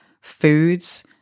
foods